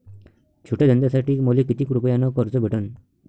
छोट्या धंद्यासाठी मले कितीक रुपयानं कर्ज भेटन?